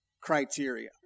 criteria